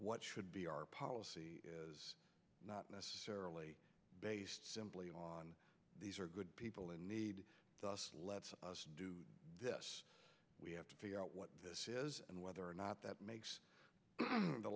what should be our policy not necessarily based simply on these are good people they need us let's do this we have to figure out what this is and whether or not that makes the